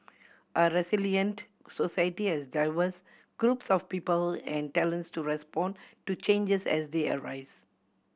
a resilient society has diverse groups of people and talents to respond to changes as they arise